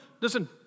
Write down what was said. listen